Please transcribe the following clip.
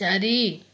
ଚାରି